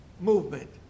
movement